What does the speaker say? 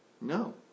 No